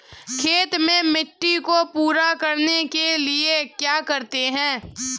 खेत में मिट्टी को पूरा करने के लिए क्या करते हैं?